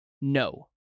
no